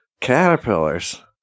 caterpillars